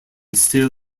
still